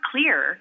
clear